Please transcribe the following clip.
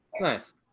Nice